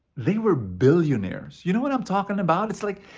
they were billionaires. you know what i'm talking about? it's like,